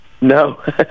No